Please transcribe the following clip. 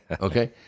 okay